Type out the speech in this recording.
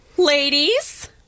Ladies